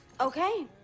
Okay